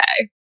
okay